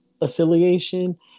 affiliation